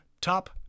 Top